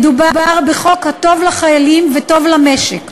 מדובר בחוק טוב לחיילים וטוב למשק.